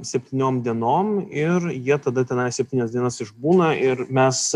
septyniom dienom ir jie tada tenai septynias dienas išbūna ir mes